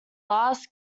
last